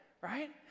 Right